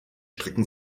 strecken